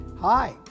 Hi